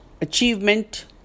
achievement